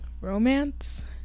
romance